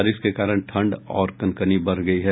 बारिश के कारण ठंड और कनकनी बढ़ गयी है